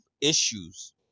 issues